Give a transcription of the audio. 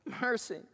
mercy